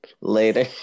later